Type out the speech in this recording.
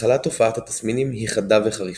התחלת הופעת התסמינים היא חדה וחריפה.